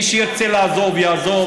מי שירצה לעזוב, יעזוב.